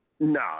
No